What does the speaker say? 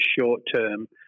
short-term